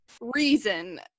reason